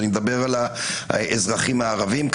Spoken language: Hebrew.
ואני מדבר על האזרחים הערבים,